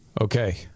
Okay